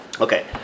Okay